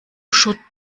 should